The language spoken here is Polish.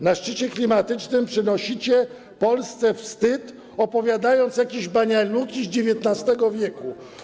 Na szczycie klimatycznym przynosicie Polsce wstyd, opowiadając jakieś banialuki z XIX w.